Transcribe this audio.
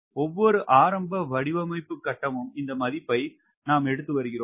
ஒவ்வொரு ஆரம்ப வடிவமைப்பு கட்டமும் இந்த மதிப்பை நாம் எடுத்து வருகிறோம்